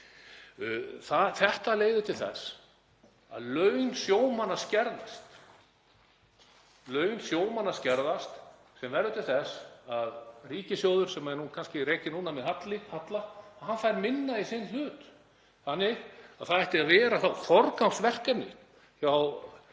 Þetta leiðir til þess að laun sjómanna skerðast sem verður til þess að ríkissjóður, sem nú er kannski rekinn með halla, fær minna í sinn hlut. Það ætti þá að vera forgangsverkefni hjá